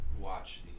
watch